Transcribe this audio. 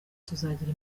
tuzagira